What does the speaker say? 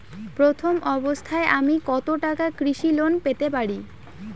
প্রথম অবস্থায় আমি কত টাকা কৃষি লোন পেতে পারি?